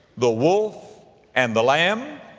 the wolf and the lamb,